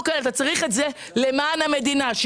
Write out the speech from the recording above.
אתה צריך את זה למען המדינה,